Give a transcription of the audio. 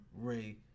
Ray